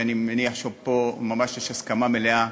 ואני מניח שיש פה ממש הסכמה מלאה.